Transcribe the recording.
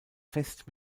fest